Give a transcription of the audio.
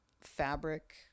fabric